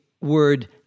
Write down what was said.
word